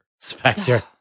Spectre